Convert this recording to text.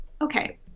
Okay